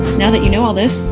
now that you know all this,